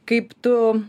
kaip tu